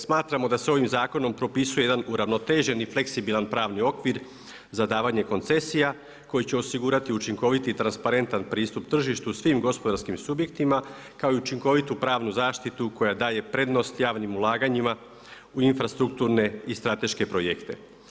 Smatramo da se ovim zakonom propisuje jedan uravnoteženi fleksibilan pravni okvir za davanje koncesija, koji će osigurati učinkoviti i transparentan pristup tržištu svim gospodarskim subjektima, kako i učinkovitu pravnu zaštitu koja daje prednost javnim ulaganjima u infrastrukture i strateške projekte.